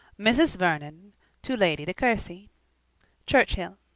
mrs. vernon to lady de courcy churchhill.